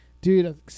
Dude